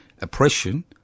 oppression